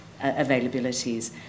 availabilities